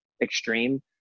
extreme